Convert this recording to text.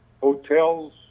hotels